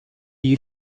you